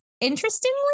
interestingly